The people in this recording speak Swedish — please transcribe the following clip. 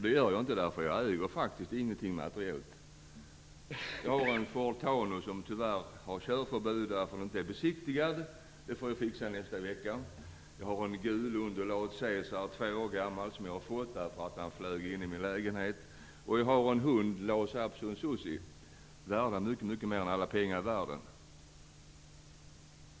Det gör jag inte, därför att jag faktiskt inte äger något materiellt. Jag har en Ford Taunus, som tyvärr är belagd med körförbud därför att den inte är besiktigad. Det får jag fixa nästa vecka. Jag har en gul undulat, Ceasar, 2 år gammal, som jag har fått därför att han flög in i min lägenhet, och jag har en hund, lhasa apson Sussie. De är värda mycket mer än alla pengar i världen.